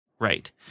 Right